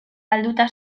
galduta